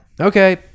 Okay